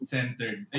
Centered